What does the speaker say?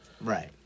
right